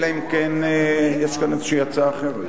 אלא אם כן יש פה איזושהי הצעה אחרת.